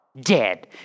dead